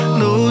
no